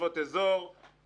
תושבות אזור,